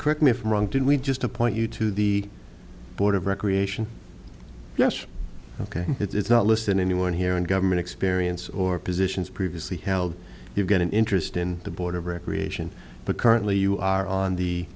correct me if i'm wrong did we just appoint you to the board of recreation yes ok it's not listed anyone here in government experience or positions previously held you get an interest in the board of recreation but currently you are on the